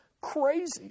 crazy